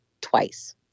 twice